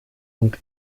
und